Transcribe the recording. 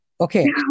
Okay